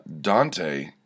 Dante